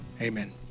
Amen